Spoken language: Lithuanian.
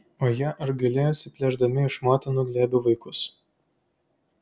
o jie ar gailėjosi plėšdami iš motinų glėbių vaikus